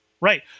Right